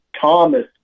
Thomas